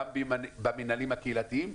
גם במינהלים הקהילתיים,